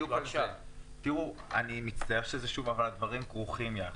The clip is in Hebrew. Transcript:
הדברים כרוכים יחד.